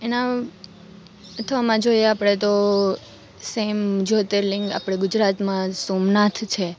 એના અથવામાં જોઈએ આપણે તો સેમ જ્યોર્તિલિંગ આપણે ગુજરાતમાં સોમનાથ છે